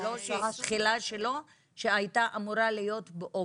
התחילה שלו שהייתה אמורה להיות באוגוסט.